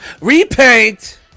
Repaint